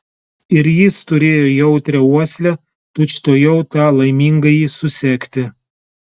ir jis turėjo jautrią uoslę tučtuojau tą laimingąjį susekti